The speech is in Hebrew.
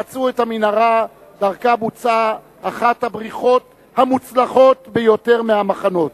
מצאו את המנהרה שדרכה בוצעה אחת הבריחות המוצלחות ביותר מהמחנות.